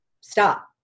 stop